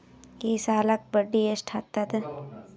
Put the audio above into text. ಈ ಸಾಲಕ್ಕ ಬಡ್ಡಿ ಎಷ್ಟ ಹತ್ತದ?